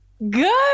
good